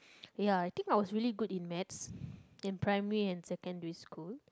ya I think I was really good in maths in primary and secondary school